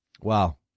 Wow